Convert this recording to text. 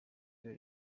ryo